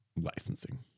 licensing